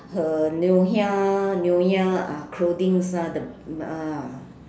her nyonya nyonya uh clothings ah the mm ah